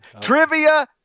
Trivia